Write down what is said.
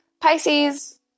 Pisces